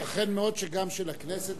ייתכן מאוד שגם של הכנסת,